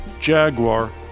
Jaguar